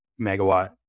megawatt